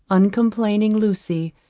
uncomplaining lucy,